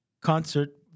concert